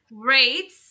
Great